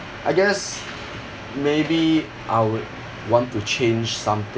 I guess maybe I would want to change something